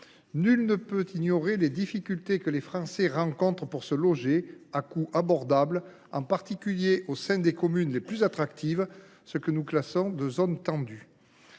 Nul ne peut ignorer les difficultés que les Français rencontrent pour se loger à un prix abordable, en particulier dans les communes les plus attractives, celles des zones dites tendues.